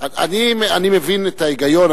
אני מבין את ההיגיון,